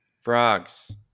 Frogs